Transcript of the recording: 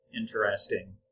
interesting